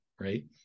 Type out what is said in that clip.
right